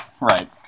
Right